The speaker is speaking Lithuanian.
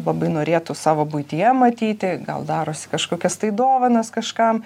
labai norėtų savo buityje matyti gal darosi kažkokias tai dovanas kažkam